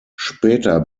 später